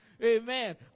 Amen